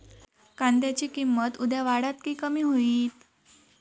कांद्याची किंमत उद्या वाढात की कमी होईत?